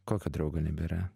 kokio draugo nebėra